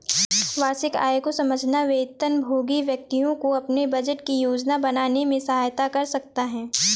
वार्षिक आय को समझना वेतनभोगी व्यक्तियों को अपने बजट की योजना बनाने में सहायता कर सकता है